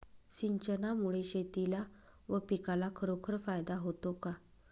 सिंचनामुळे शेतीला व पिकाला खरोखर फायदा होतो का?